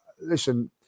listen